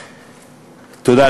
תודה.